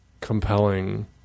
compelling